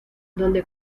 donde